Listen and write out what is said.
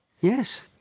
Yes